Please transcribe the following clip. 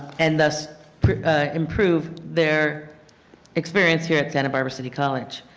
and thus improve their experience here at santa barbara city college.